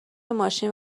ماشین